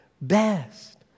best